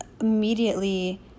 immediately